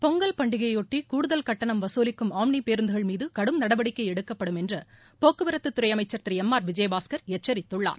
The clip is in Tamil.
பொங்கல் பண்டிகையையாட்டி கூடுதல் கட்டணம் வசூலிக்கும் ஆம்னி பேருந்துகள் மீது கடும் நடவடிக்கை எடுக்கப்படும் என்று போக்குவரத்து துறை அமைச்சர் திரு விஜயபாஸ்கர் எச்சரித்துள்ளார்